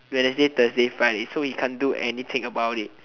wednesday thursday friday so we can't do anything about it